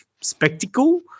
spectacle